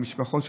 במשפחות,